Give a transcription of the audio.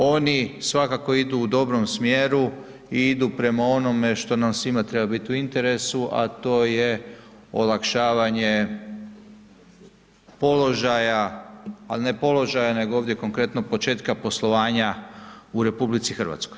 Oni svakako idu u dobrom smjeru i idu prema onome što nam svima treba biti u interesu, a to je olakšavanje položaja, al ne položaja nego ovdje konkretno početka poslovanja u RH.